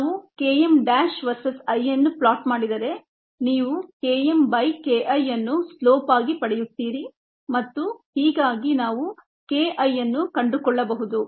ನಾವು Kmʹ versus I ಅನ್ನು plot ಮಾಡಿದರೆ ನೀವು Km KI ಅನ್ನು ಸ್ಲೋಪ್ ಆಗಿ ಪಡೆಯುತ್ತೀರಿ ಮತ್ತು ಹೀಗಾಗಿ ನಾವು KI ಅನ್ನು ಕಂಡುಕೊಳ್ಳಬಹುದು